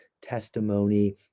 testimony